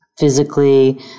Physically